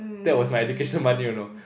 that was my education money you know